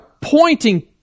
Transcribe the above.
pointing